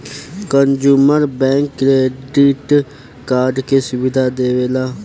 consumer bank credit card के सुविधा देवेला